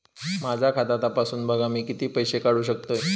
माझा खाता तपासून बघा मी किती पैशे काढू शकतय?